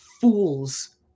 fools